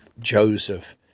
Joseph